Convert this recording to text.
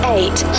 Eight